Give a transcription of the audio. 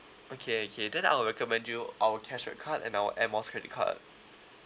okay okay then I'll recommend you our cashback card and our air miles credit card